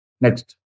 Next